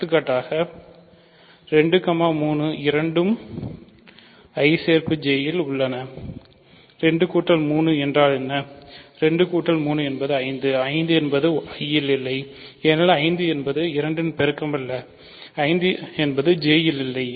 எடுத்துக்காட்டாக 2 3 இரண்டும் I சேர்ப்பு J இல் இல்லை